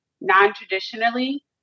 non-traditionally